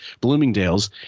Bloomingdale's